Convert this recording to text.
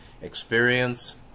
experience